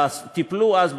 טיפלו אז,